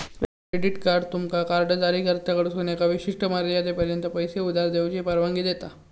credit card तुमका card जारीकर्त्याकडसून एका विशिष्ट मर्यादेपर्यंत पैसो उधार घेऊची परवानगी देता